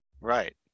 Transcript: right